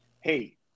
Hey